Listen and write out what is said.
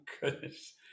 goodness